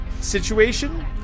situation